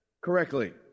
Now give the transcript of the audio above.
correctly